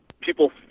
people